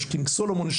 כמו קינג סולומון,